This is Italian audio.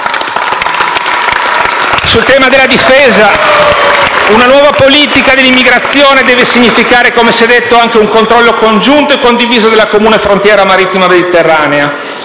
al tema della difesa, una nuova politica europea dell'immigrazione deve significare - come si è detto - anche un controllo congiunto e condiviso della comune frontiera marittima mediterranea.